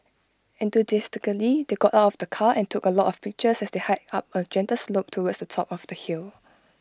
enthusiastically they got out of the car and took A lot of pictures as they hiked up A gentle slope towards the top of the hill